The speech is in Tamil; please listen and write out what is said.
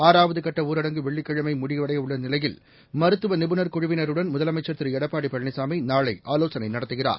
ஆறாவதுகட்ட ஊரடங்கு வெள்ளிக்கிழமமுடியவுள்ளநிலையில் மருத்துவநிபுண் குழுவினருடன் முதலமைச்சா் திரு எடப்பாடிபழனிசாமிநாளைஆலோசனைநடத்துகிறார்